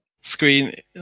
Screen